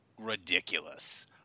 ridiculous